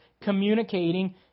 communicating